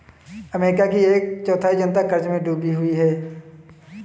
America की एक चौथाई जनता क़र्ज़ में डूबी हुई है